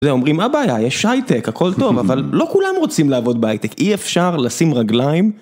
זה אומרים מה הבעיה יש היטק הכל טוב אבל לא כולם רוצים לעבוד בהיטק אי אפשר לשים רגליים